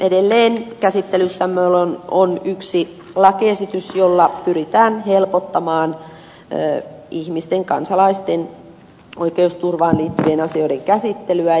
edelleen käsittelyssämme on yksi lakiesitys jolla pyritään helpottamaan ihmisten kansalaisten oikeusturvaan liittyvien asioiden käsittelyä